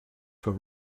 for